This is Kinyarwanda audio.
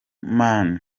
man